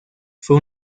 fue